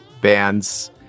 bands